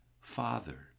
father